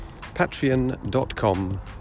patreon.com